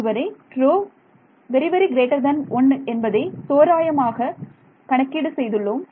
இதுவரை ρ 1 என்பதை தோராயமாக கணக்கீடு செய்துள்ளோம்